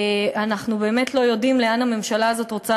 אנחנו באמת לא יודעים לאן הממשלה הזאת רוצה